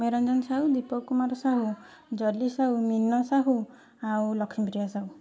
ସୋମ୍ୟରଞ୍ଜନ ସାହୁ ଦୀପକ କୁମାର ସାହୁ ଜଲି ସାହୁ ମୀନା ସାହୁ ଆଉ ଲକ୍ଷ୍ମୀପ୍ରିୟା ସାହୁ